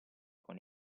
con